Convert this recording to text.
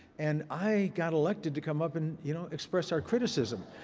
and i got elected to come up and, you know, express our criticism.